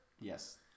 Yes